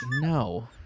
No